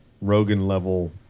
Rogan-level